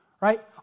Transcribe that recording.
right